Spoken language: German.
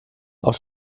auf